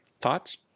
Thoughts